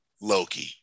Loki